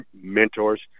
mentors